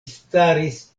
staris